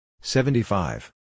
seventy-five